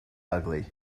ugly